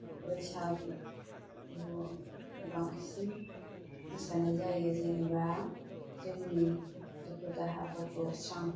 बैसागु बांसिन मोसानाय जायो जेनेबा जोंनि दुखु दाहाफोरखौ स्रां